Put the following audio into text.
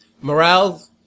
Morale